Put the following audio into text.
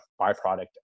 byproduct